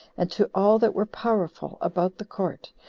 and to all that were powerful about the court,